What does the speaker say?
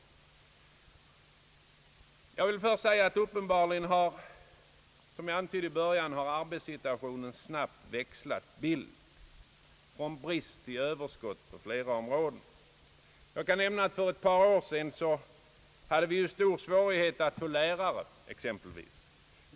Jag vill först säga att arbetssituationen, som jag antydde i början, uppenbarligen snabbt växlat bild från brist till överskott på flera områden. Jag kan nämna att vi för ett par år sedan hade svårigheter att få lärare.